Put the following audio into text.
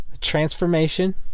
transformation